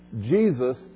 Jesus